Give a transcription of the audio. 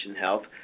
Health